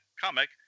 comic